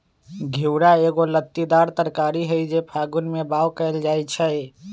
घिउरा एगो लत्तीदार तरकारी हई जे फागुन में बाओ कएल जाइ छइ